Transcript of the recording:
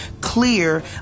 clear